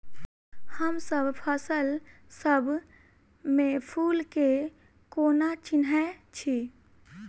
हमसब फसल सब मे फूल केँ कोना चिन्है छी?